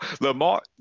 Lamar